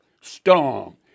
storm